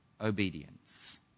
obedience